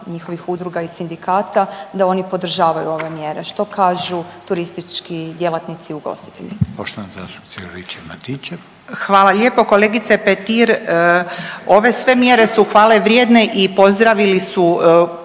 njihovih udruga i sindikata da oni podržavaju ove mjere, što kažu turistički djelatnici i ugostitelji?